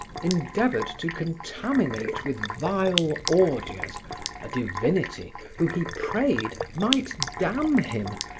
endeavored to contaminate with vile ordures a divinity who he prayed might damn him,